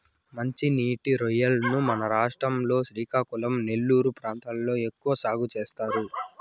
మంచి నీటి రొయ్యలను మన రాష్ట్రం లో శ్రీకాకుళం, నెల్లూరు ప్రాంతాలలో ఎక్కువ సాగు చేస్తారు